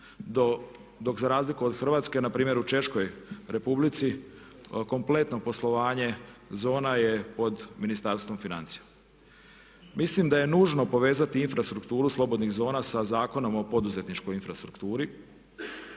dok za razliku od Hrvatske npr. u Češkoj republici kompletno poslovanje zona je pod Ministarstvom financija. Mislim da je nužno povezati infrastrukturu slobodnih zona sa zakonom o poduzetničkoj infrastrukturi.